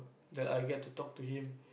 that I get to talk to him